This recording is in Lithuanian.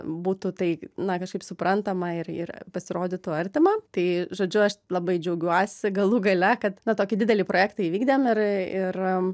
būtų tai na kažkaip suprantama ir ir pasirodytų artima tai žodžiu aš labai džiaugiuosi galų gale kad na tokį didelį projektą įvykdėm ir ir